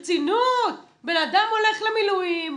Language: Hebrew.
ברצינות, בן אדם הולך למילואים,